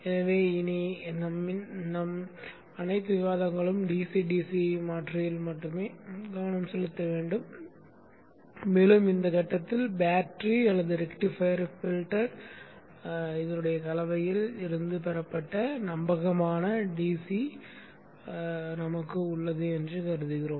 எனவே இனி எங்களின் அனைத்து விவாதங்களும் DC DC மாற்றியில் மட்டுமே கவனம் செலுத்தும் மேலும் இந்த கட்டத்தில் பேட்டரி அல்லது ரெக்டிஃபையர் ஃபில்டர் கலவையில் இருந்து பெறப்பட்ட நம்பகமான DC உள்ளது என்று கருதுகிறோம்